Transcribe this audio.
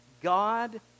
God